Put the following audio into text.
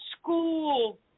school